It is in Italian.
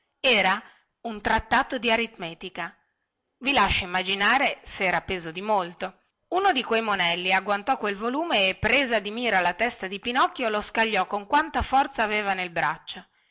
era un trattato di ritmetica i lascio immaginare se era peso dimolto uno di quei monelli agguantò quel volume e presa di mira la testa di pinocchio lo scagliò con quanta forza aveva nel braccio